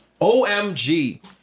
OMG